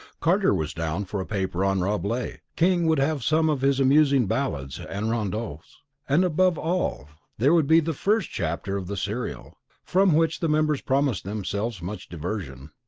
carter was down for a paper on rabelais king would have some of his amusing ballades and rondeaus and above all there would be the first chapter of the serial, from which the members promised themselves much diversion.